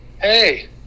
hey